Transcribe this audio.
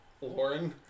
Lauren